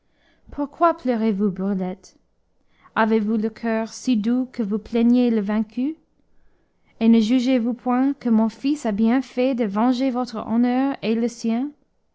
pourquoi pleurez-vous brulette avez-vous le coeur si doux que vous plaigniez le vaincu et ne jugez-vous point que mon fils a bien fait de venger votre honneur et le sien